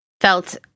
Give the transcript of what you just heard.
felt